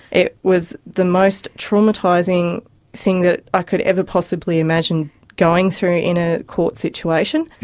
it was the most traumatising thing that i could ever possibly imagine going through in a court situation.